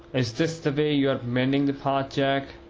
is this the way you are mending the path, jack?